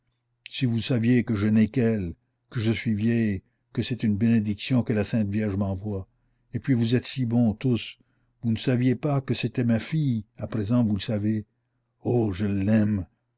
si vous saviez que je n'ai qu'elle que je suis vieille que c'est une bénédiction que la sainte vierge m'envoie et puis vous êtes si bons tous vous ne saviez pas que c'était ma fille à présent vous le savez oh je l'aime